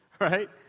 right